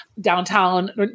downtown